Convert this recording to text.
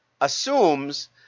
assumes